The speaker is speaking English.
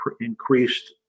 increased